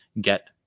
get